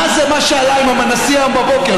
מה זה מה שעלה עם הנשיא היום הבוקר,